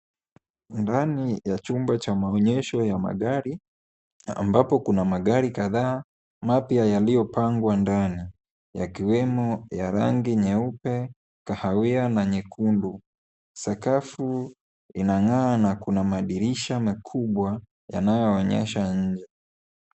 Ndani ya chumba cha maonyesho ya magari ambapo kuna magari kadhaa mapya yaliyopangwa ndani yakiwemo ya rangi nyeupe, kahawia na nyekundu. Sakafu inang'aa na kuna madirisha makubwa yanayoonyesha nje.